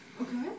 Okay